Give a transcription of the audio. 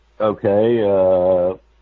Okay